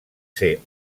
ser